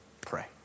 pray